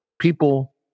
People